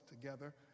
together